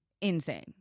Insane